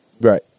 Right